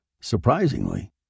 Surprisingly